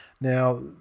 Now